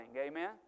amen